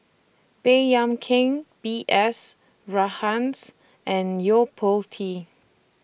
Baey Yam Keng B S Rajhans and Yo Po Tee